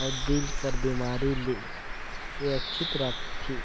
अउ दिल कर बेमारी ले सुरक्छित राखथे